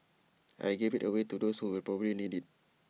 I gave IT away to those who will probably need IT